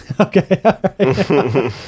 Okay